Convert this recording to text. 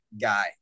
guy